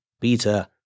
Peter